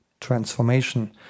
transformation